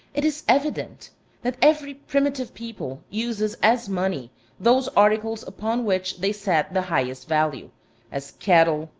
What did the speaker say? it is evident that every primitive people uses as money those articles upon which they set the highest value as cattle,